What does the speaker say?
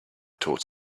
taught